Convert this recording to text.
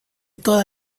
toda